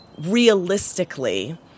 realistically